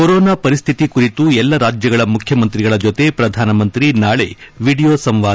corona ಪರಿಸ್ಥಿತಿ ಕುರಿತು ಎಲ್ಲಾ ರಾಜ್ಯಗಳ ಮುಖ್ತಮಂತ್ರಿಗಳ ಜೊತೆ ಪ್ರಧಾನಮಂತ್ರಿ ನಾಳೆ ವಿಡಿಯೋ ಸಂವಾದ